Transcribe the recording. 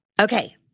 Okay